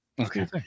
Okay